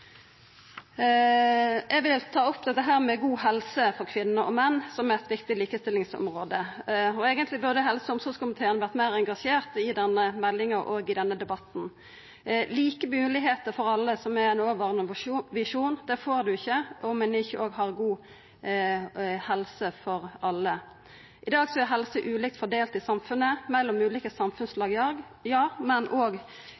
Eg vil ta opp dette med god helse for kvinner og menn som eit viktig likestillingsområde, og eigentleg burde helse- og omsorgskomiteen ha vore meir engasjert i denne meldinga og i denne debatten. Like moglegheiter for alle, som er ein overordna visjon, får ein ikkje om ein ikkje òg har god helse for alle. I dag er god helse ulikt fordelt i samfunnet – mellom ulike samfunnslag, ja, men òg ulikt fordelt mellom kvinner og